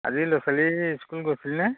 আজি ল'ৰা ছোৱালী স্কুল গৈছিলনে